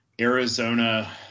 Arizona